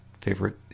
favorite